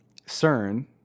CERN